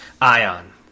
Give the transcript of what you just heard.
Ion